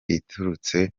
iturutse